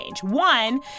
One